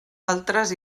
altres